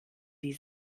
die